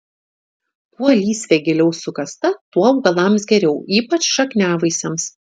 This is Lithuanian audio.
kuo lysvė giliau sukasta tuo augalams geriau ypač šakniavaisiams